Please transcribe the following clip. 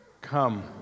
Come